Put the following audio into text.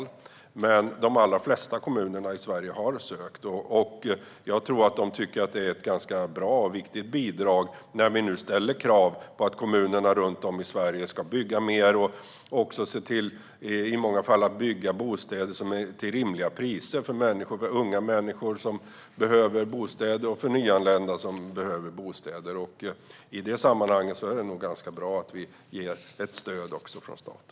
Men de allra flesta kommunerna i Sverige har sökt, och jag tror att de tycker att det är ett ganska bra och viktigt bidrag när vi nu ställer krav på att kommunerna runt om i Sverige ska bygga mer och i många fall bygga bostäder till rimliga priser för unga människor som behöver bostäder och för nyanlända som behöver bostäder. I detta sammanhang är det nog ganska bra att vi ger ett stöd också från staten.